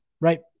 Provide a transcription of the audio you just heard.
right